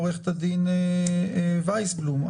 ומעו"ד וייסבלום,